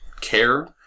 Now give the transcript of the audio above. care